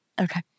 Okay